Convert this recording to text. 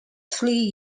three